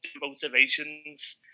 motivations